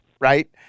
right